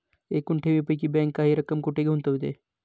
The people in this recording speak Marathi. एकूण ठेवींपैकी बँक काही रक्कम कुठे गुंतविते?